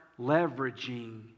leveraging